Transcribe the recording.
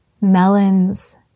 Melons